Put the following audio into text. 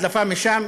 הדלפה משם,